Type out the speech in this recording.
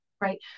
right